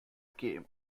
came